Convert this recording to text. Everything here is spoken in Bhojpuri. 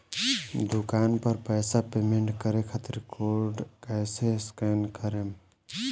दूकान पर पैसा पेमेंट करे खातिर कोड कैसे स्कैन करेम?